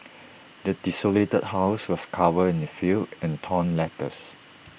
the desolated house was covered in the filth and torn letters